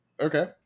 Okay